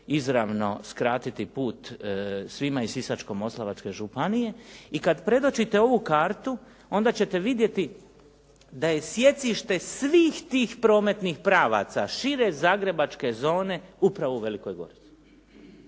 izravno skratiti put svima iz Sisačko-moslavačke županije, i kada predočite ovu kartu, onda ćete vidjeti da je sjecište svih tih prometnih pravaca šire zagrebačke zone, upravo u Velikoj Gorici.